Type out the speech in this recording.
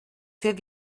für